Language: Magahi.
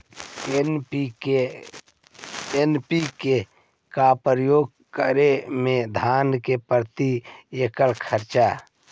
एन.पी.के का प्रयोग करे मे धान मे प्रती एकड़ खर्चा?